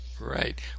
right